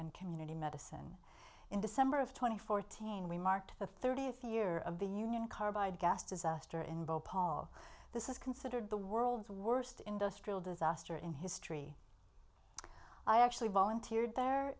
and community medicine in december of twenty fourteen we marked the thirtieth year of the union carbide gas disaster in bhopal this is considered the world's worst industrial disaster in history i actually volunteered there